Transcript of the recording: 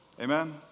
amen